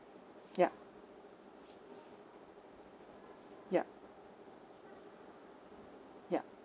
yup yup yup